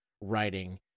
writing